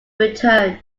return